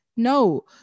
No